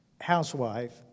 housewife